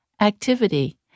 activity